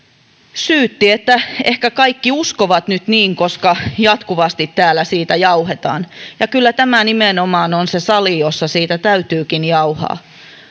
syytti että ehkä kaikki uskovat nyt niin koska jatkuvasti täällä siitä jauhetaan kyllä tämä nimenomaan on se sali jossa siitä täytyykin jauhaa